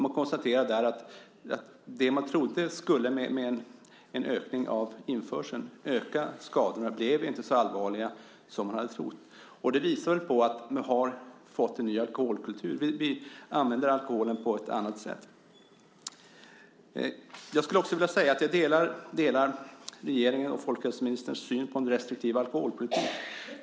Man konstaterar där att de ökade skador som man trodde skulle ske med en ökning av införseln inte blev så allvarliga. Det visar väl att vi har fått en ny alkoholkultur, att vi använder alkoholen på ett annat sätt. Jag delar regeringens och folkhälsoministerns syn på en restriktiv alkoholpolitik.